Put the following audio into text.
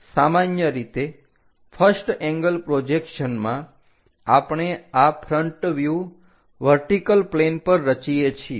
સામાન્ય રીતે first angle પ્રોજેક્શનમાં આપણે આ ફ્રન્ટ વ્યુહ વર્ટિકલ પ્લેન પર રચીએ છીએ